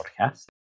podcast